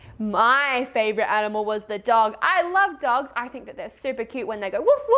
my favorite animal was the dog, i love dogs. i think that they're super cute when they go woof,